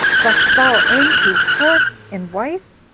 dost thou aim to force in wife?